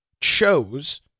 chose